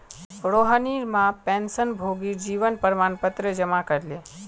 रोहिणीर मां पेंशनभोगीर जीवन प्रमाण पत्र जमा करले